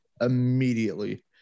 immediately